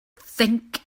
think